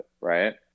right